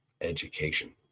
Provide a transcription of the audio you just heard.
education